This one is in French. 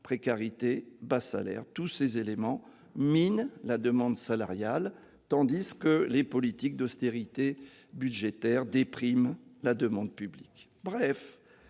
précarité, bas salaires, tous ces phénomènes minent la demande salariale, tandis que les politiques d'austérité budgétaire dépriment la demande publique.